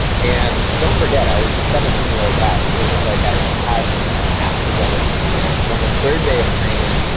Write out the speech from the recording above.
and don't forget, i was a seventeen year old guy. it wasn't like i had my act together in every way. it's on the third day of training,